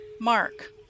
Mark